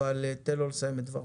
אבל תן לו לסיים את דבריו.